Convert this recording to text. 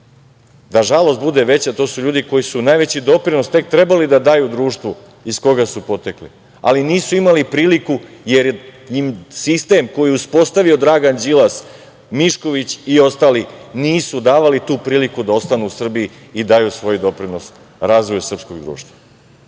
žalost bude veća, to su ljudi koji su najveći doprinos tek trebali da daju društvu iz koga su potekli, ali nisu imali priliku, jer im sistem koji je uspostavio Dragan Đilas, Mišković i ostali nisu davali tu priliku da ostanu u Srbiji i daju svoj doprinos razvoju srpskog društva. Koliko